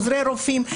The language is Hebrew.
עוזרי רופאים,